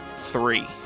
three